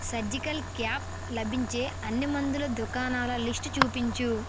surgical cap లభించే అన్ని మందుల దుకాణాల లిస్టు చూపించు